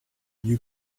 you